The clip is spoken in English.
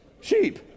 sheep